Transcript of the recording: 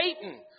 Satan